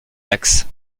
dax